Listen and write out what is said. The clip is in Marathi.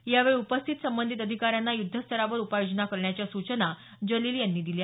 यावेळी उपस्थित संबंधित अधिकाऱ्यांना यृध्दस्तरावर उपाययोजना करण्याच्या सूचना त्यांनी यावेळी दिल्या